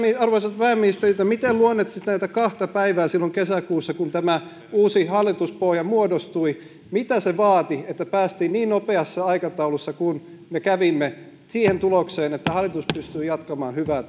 arvoisalta pääministeriltä miten luonnehtisitte näitä kahta päivää silloin kesäkuussa kun tämä uusi hallituspohja muodostui mitä se vaati että päästiin niin nopeassa aikataulussa kuin päästiin siihen tulokseen että hallitus pystyi jatkamaan hyvää